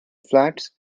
flags